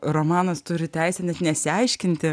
romanas turi teisę net nesiaiškinti